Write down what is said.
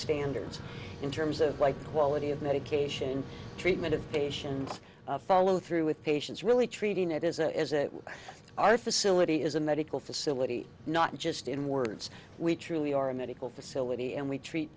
standards in terms of like quality of medication and treatment of patients follow through with patients really treating it as our facility is a medical facility not just in words we truly are a medical facility and we treat